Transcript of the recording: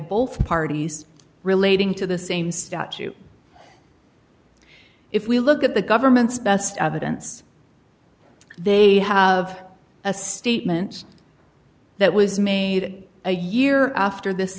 both parties relating to the same statute if we look at the government's best evidence they have a statement that was made a year after this